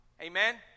Amen